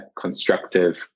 constructive